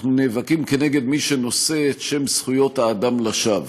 אנחנו נאבקים כנגד מי שנושא את שם זכויות האדם לשווא.